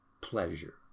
pleasure